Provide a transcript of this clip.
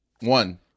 one